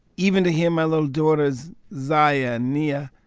even to hear my little daughters, zaya and nia,